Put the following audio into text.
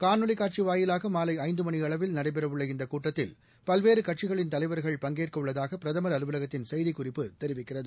காணொலி காட்சி வாயிலாக மாலை ஐந்து மணி அளவில் நடைபெறவுள்ள இந்த கூட்டத்தில் பல்வேறு கட்சிகளின் தலைவர்கள் பங்கேற்க உள்ளதாக பிரதமர் அலுவலகத்தின் செய்திக்குறிப்பு தெரிவிக்கிறது